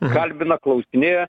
kalbina klausinėja